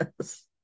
Yes